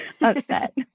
upset